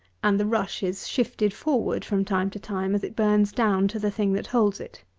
and the rush is shifted forward from time to time, as it burns down to the thing that holds it.